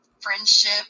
friendship